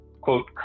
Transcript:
quote